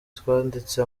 twanditse